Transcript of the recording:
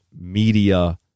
media